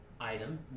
item